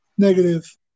Negative